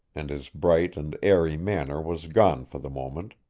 and his bright and airy manner was gone for the moment.